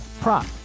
prop